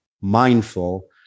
mindful